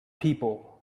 people